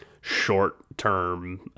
short-term